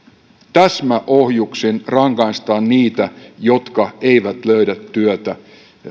täsmäohjuksin rangaistaan niitä jotka eivät löydä työtä